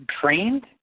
trained